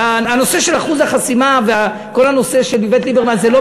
הנושא של אחוז החסימה וכל הנושא של איווט ליברמן זה לא